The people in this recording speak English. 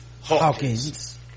Hawkins